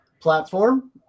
platform